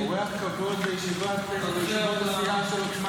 אורח כבוד בישיבת הסיעה של עוצמה